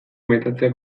metatzea